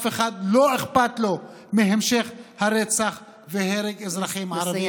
לאף אחד לא אכפת מהמשך רצח והרג של אזרחים ערבים.